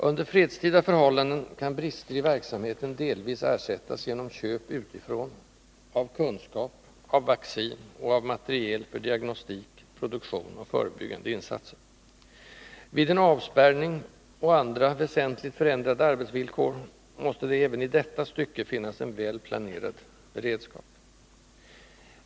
Under fredstida förhållanden kan brister i verksamheten delvis ersättas genom köp utifrån: av kunskap, av vaccin och av materiel för diagnostik, produktion och förebyggande insatser. Vid en avspärrning och andra väsentligt förändrade arbetsvillkor måste det även i detta stycke finnas en väl planerad beredskap.